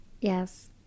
Yes